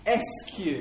SQ